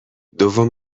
دوم